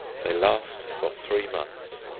they last for three months.